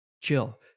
Chill